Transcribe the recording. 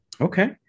Okay